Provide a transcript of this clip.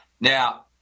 Now